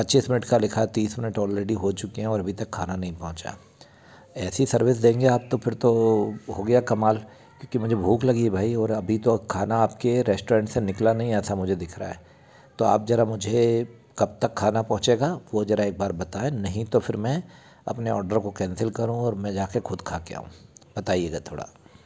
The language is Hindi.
पच्चीस मिनट का लिखा तीस मिनट ऑलरेडी हो चुके हैं और अभी तक खाना नहीं पहुंचा ऐसी सर्विस देंगे आप तो फिर तो हो गया कमाल क्योंकि मुझे भूक लगी है भाई और अभी तो खाना आप के रेस्टोरेन्ट से निकला नहीं ऐसा मुझे दिख रहा है तो आप ज़रा मुझे कब तक खाना पहुंचेगा वो ज़रा एक बार बताऍं नहीं तो फिर मैं अपने ऑडर को कैंसिल करूँगा और मैं जा कर ख़ुद खा के आऊँ बताइएगा थोड़ा